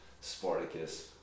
spartacus